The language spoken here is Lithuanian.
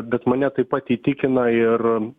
bet mane taip pat įtikina ir